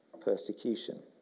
persecution